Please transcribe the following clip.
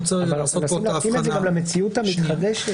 צריך להתאים את זה גם למציאות המתחדשת.